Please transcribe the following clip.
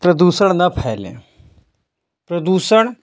प्रदूषण न फैले प्रदूषण